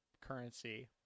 currency